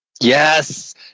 Yes